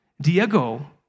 Diego